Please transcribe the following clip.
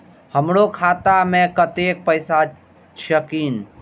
हमरो खाता में कतेक पैसा छकीन?